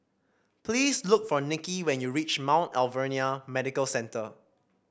please look for Niki when you reach Mount Alvernia Medical Centre